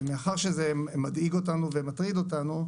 ומאחר שזה מדאיג ומטריד אותנו,